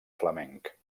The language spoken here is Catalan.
flamenc